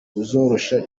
buzoroshya